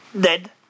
dead